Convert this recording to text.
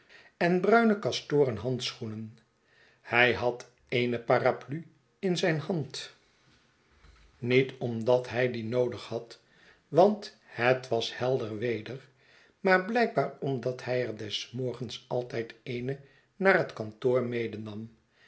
en bruine kastoren handsehoenen hij had ene paraplu m zijne hand niet omdat hij die noodig had want het was helder weder maar blijkbaar omdat hij er des morgens altijd eene naar het kantoor medenam